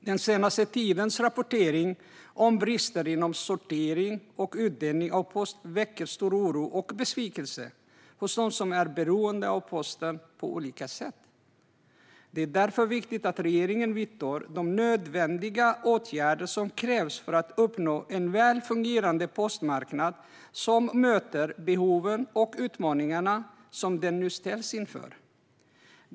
Den senaste tidens rapportering om brister inom sortering och utdelning av post väcker stor oro och besvikelse hos dem som är beroende av posten på olika sätt. Det är därför viktigt att regeringen vidtar de åtgärder som är nödvändiga för att uppnå en väl fungerande postmarknad som möter de behov och utmaningar som den nu ställs inför.